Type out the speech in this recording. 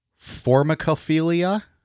Formicophilia